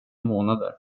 månader